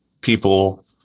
people